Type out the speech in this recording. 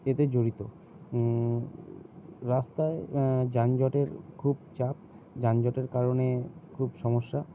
এতে জড়িত রাস্তায় যানজটের খুব চাপ যানজটের কারণে খুব সমস্যা